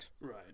Right